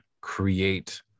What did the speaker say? create